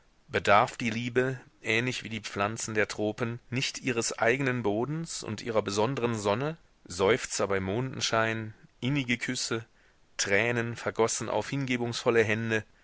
bedarf die liebe ähnlich wie die pflanzen der tropen nicht ihres eigenen bodens und ihrer besondren sonne seufzer bei mondenschein innige küsse tränen vergossen auf hingebungsvolle hände